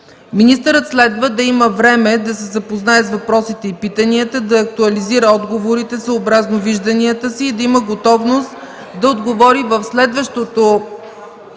Министърът следва да има време да се запознае с въпросите и питанията, да актуализира отговорите, съобразно вижданията си и да има готовност да отговори в следващото